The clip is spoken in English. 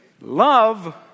love